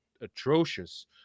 atrocious